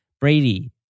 Brady